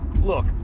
look